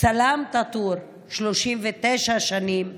סלאם טאטור, 39 שנים,